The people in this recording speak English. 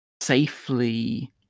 safely